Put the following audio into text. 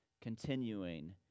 continuing